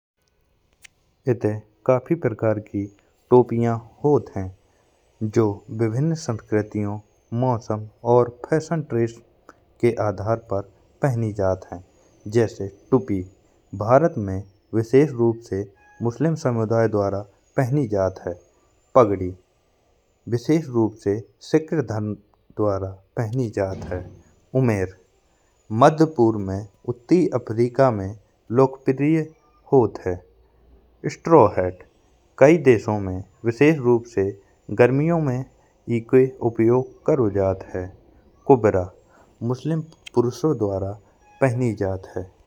इत्ये काफी प्रकार की टोपिया होत हैं जो विभिन्न संस्कृतियों और मौसम और फैशन ट्रेंड्स के आधार पर पहने जात हैं। जैसे टूपी भारत में विशेष रूप से मुस्लिम समुदाय द्वारा पहनी जात है। पगड़ी विशेष रूप से सिख धर्म द्वारा पहनी जात है। उमेर मध्य पूर्व में उत्तरी अफ्रीका में लोकप्रिय होत है। स्ट्रॉहैट कई देशों विशेष रूप से गर्मियों में इको उपयोग कारो जात है। कूबरा मुस्लिम पुरषों द्वारा पहनी जात है।